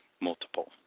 multiple